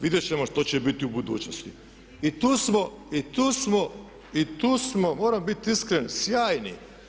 Vidjeti ćemo što će biti u budućnosti i tu smo moram biti iskren sjajni.